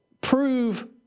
prove